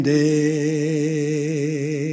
day